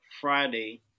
Friday